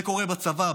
זה קורה בצבא,